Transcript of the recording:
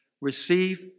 receive